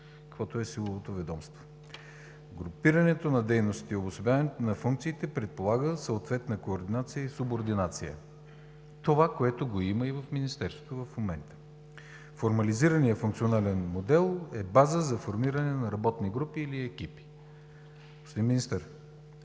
каквото е силовото ведомство. Групирането на дейностите и обособяването на функциите предполага съответна координация и субординация – това, което го има и в Министерството и в момента. Формализираният функционален модел е база за формиране на работни групи или екипи. Господин министър,